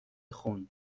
خون